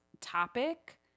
topic